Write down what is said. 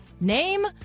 name